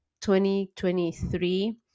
2023